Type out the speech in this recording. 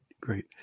great